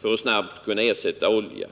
för dessa och för sparande.